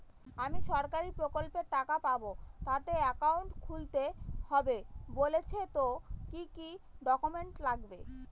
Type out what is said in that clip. আমি সরকারি প্রকল্পের টাকা পাবো তাতে একাউন্ট খুলতে হবে বলছে তো কি কী ডকুমেন্ট লাগবে?